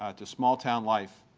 ah to small town life,